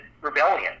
rebellion